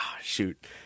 shoot